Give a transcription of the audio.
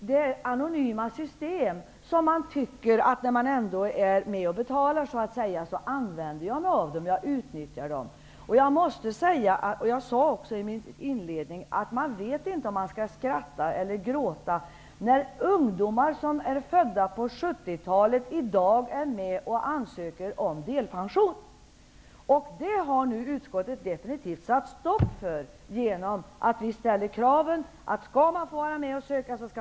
Det är anonyma system och när man ändå är med och betalar tycker man att man skall använda sig av dem, utnyttja dem. Jag sade också i mitt inledningsanförande att man inte vet om man skall skratta eller gråta när ungdomar som är födda på 70-talet i dag är med och ansöker om delpension. Det har utskottet definitivt satt stopp för genom att vi ställer krav på den som skall få vara med och söka.